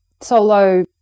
solo